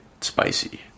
spicy